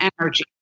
energy